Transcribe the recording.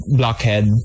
blockhead